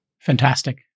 Fantastic